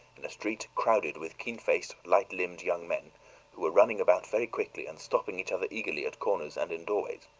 in a street crowded with keen-faced, light-limbed young men, who were running about very quickly and stopping each other eagerly at corners and in doorways.